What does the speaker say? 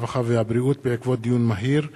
הרווחה והבריאות בעקבות דיון מהיר בנושא: